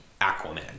Aquaman